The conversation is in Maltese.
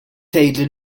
tgħidli